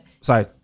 Sorry